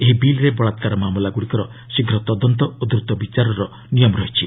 ଏହି ବିଲ୍ରେ ବଳାକ୍ାର ମାମଲାଗୁଡ଼ିକର ଶୀଘ୍ ତଦନ୍ତ ଓ ଦ୍ରତ ବିଚାରର ନିୟମ ରହିଛି